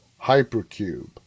Hypercube